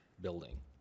building